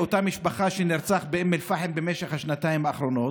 מאותה משפחה שנרצח באום אל-פחם במשך השנתיים האחרונות,